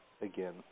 again